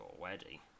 already